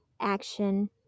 action